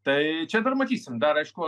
tai čia dar matysim dar aišku